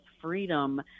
freedom